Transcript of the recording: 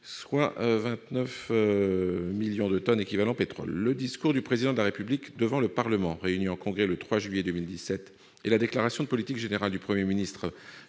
soit 29,1 millions de tonnes équivalent pétrole. Le discours du Président de la République devant le Parlement réuni en Congrès le 3 juillet 2017 et la déclaration de politique générale du Premier ministre